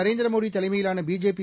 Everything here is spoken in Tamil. நரேந்திரமோடி தலைமையிலான பிஜேபி